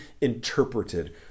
interpreted